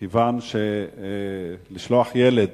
כיוון שלשלוח ילד,